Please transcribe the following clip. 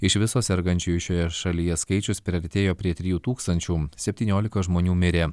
iš viso sergančiųjų šioje šalyje skaičius priartėjo prie trijų tūkstančių septyniolika žmonių mirė